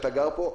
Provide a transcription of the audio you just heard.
אתה גר פה?